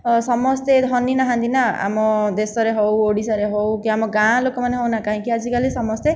ସମସ୍ତେ ଧନୀ ନାହାଁନ୍ତି ନା ଆମ ଦେଶରେ ହଉ ଓଡ଼ିଶାରେ ହଉ କି ଆମ ଗାଁ ଲୋକମାନେ ହଉ ନା କାହିଁକି ଆଜିକାଲି ସମସ୍ତେ